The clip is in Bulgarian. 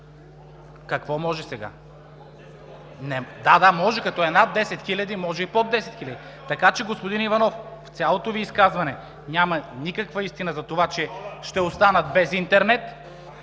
Какво може сега? Да, може. Като е над 10 хиляди може и под 10 хиляди. Господин Иванов, в цялото Ви изказване няма никаква истина за това, че ще останат без интернет,